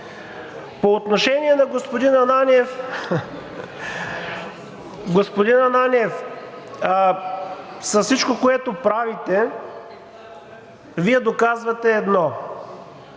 Ананиев. Господин Ананиев, с всичко, което правите, Вие доказвате едно